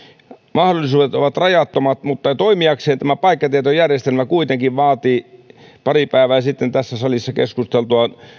mahdollisuudet ovat rajattomat mutta toimiakseen tämä paikkatietojärjestelmä kuitenkin vaatii pari päivää sitten tässä salissa keskusteltua